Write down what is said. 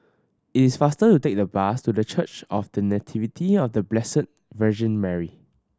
it is faster to take the bus to The Church of The Nativity of The Blessed Virgin Mary